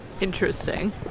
interesting